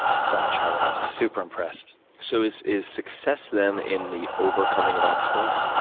so much harder. i'm super impressed. so is is success then in the overcoming of obstacles?